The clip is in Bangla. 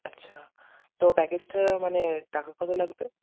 আচ্ছা তো প্যাকেজটা মানে টাকা কতো লাগবে